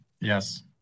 Yes